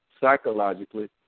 psychologically